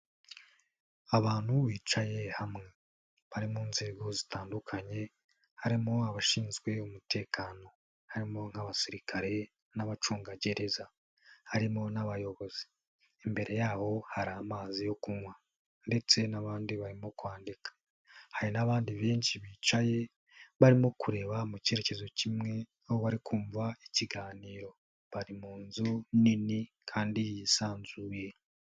Abantu bicaye hamwe bari mu nzego zitandukanye harimo abashinzwe umutekano, harimo nk'abasirikare n'abacungagereza, harimo n'abayobozi, imbere yaboho hari amazi yo kunywa ndetse n'abandi barimo kwandika, hari n'abandi benshi bicaye barimo kureba mu kerekezo kimwe aho bari kumva ikiganiro, bari mu nzu nini kandi yisanzuye.